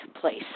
place